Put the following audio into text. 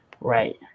right